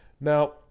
now